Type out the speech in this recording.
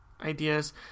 ideas